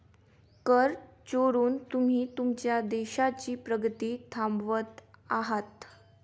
कर चोरून तुम्ही तुमच्या देशाची प्रगती थांबवत आहात